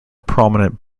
prominent